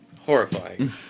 horrifying